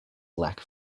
lack